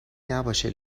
نباشه